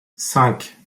cinq